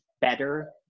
better